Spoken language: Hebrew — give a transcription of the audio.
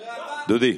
הרי אתה שיבשת, דודי,